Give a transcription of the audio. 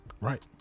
right